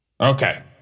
Okay